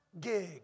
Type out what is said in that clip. gig